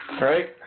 right